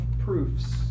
proofs